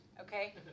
okay